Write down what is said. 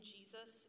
Jesus